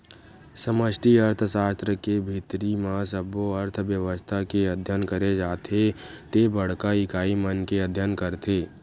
समस्टि अर्थसास्त्र के भीतरी म सब्बो अर्थबेवस्था के अध्ययन करे जाथे ते बड़का इकाई मन के अध्ययन करथे